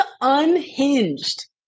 unhinged